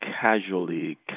casually